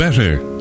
Better